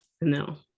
no